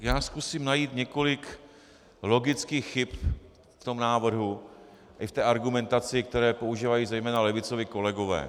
Já zkusím najít několik logických chyb v tom návrhu i v té argumentaci, kterou používají zejména levicoví kolegové.